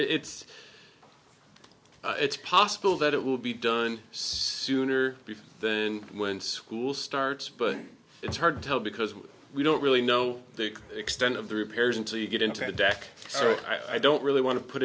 it's it's possible that it will be done sooner than when school starts but it's hard to tell because we don't really know the extent of the repairs until you get into the deck so i don't really want to put